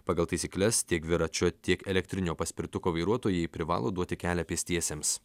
pagal taisykles tiek dviračio tiek elektrinio paspirtuko vairuotojai privalo duoti kelią pėstiesiems